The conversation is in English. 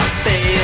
stay